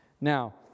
Now